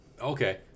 Okay